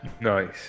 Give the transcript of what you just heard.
Nice